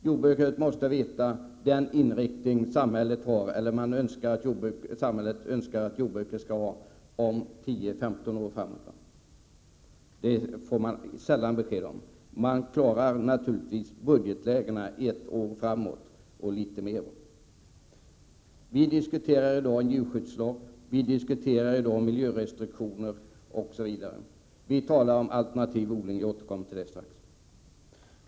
Jordbrukarna måste veta vilken inriktning samhället önskar att jordbruket skall ha om 10-15 år. Det får de sällan besked om. Här försöker man klara av budgeten för något mer än ett år framåt. Vi diskuterar i dag djurskyddslagen, miljörestriktioner osv. Vi talar också om alternativ odling — och jag skall återkomma till den.